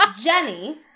Jenny